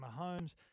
Mahomes